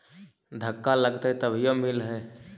धक्का लगतय तभीयो मिल है?